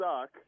suck